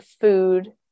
food